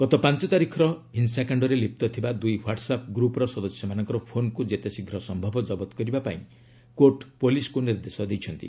ଗତ ପାଞ୍ଚ ତାରିଖର ହିଂସାକାଣ୍ଡରେ ଲିପ୍ତ ଥିବା ଦୁଇ ହ୍ୱାଟସ୍ଆପ୍ ଗ୍ରୁପ୍ର ସଦସ୍ୟମାନଙ୍କର ଫୋନ୍କୁ ଯେତେ ଶୀଘ୍ର ସମ୍ଭବ କବତ କରିବା ପାଇଁ କୋର୍ଟ୍ ପୁଲିସ୍କୁ ନିର୍ଦ୍ଦେଶ ଦେଇଛନ୍ତି